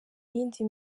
yindi